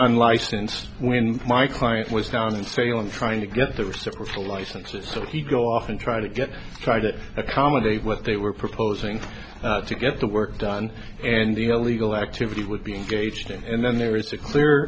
unlicensed when my client was down in salem trying to get there were several licenses so he go off and try to get try to accommodate what they were proposing to get the work done and the illegal activity would be engaged and then there is a clear